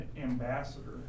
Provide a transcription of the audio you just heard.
ambassador